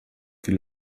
wie